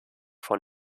von